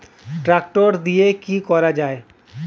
Tractor দিয়ে কি করা যায়?